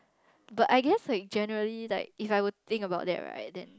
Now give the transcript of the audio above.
but I guess generally like if I were to think about that right then